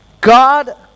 God